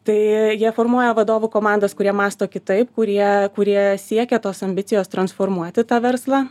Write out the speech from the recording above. tai jie formuoja vadovų komandas kurie mąsto kitaip kurie kurie siekia tos ambicijos transformuoti tą verslą